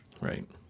Right